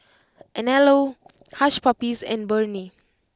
Anello Hush Puppies and Burnie